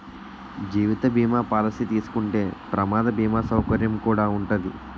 జీవిత బీమా పాలసీ తీసుకుంటే ప్రమాద బీమా సౌకర్యం కుడా ఉంటాది